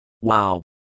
Wow